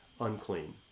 unclean